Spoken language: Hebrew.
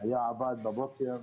עבד בבוקר.